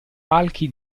palchi